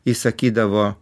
jis sakydavo